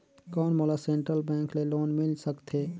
कौन मोला central bank ले लोन मिल सकथे?